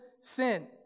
sin